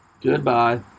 Goodbye